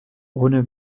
ohne